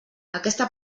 aquesta